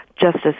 Justice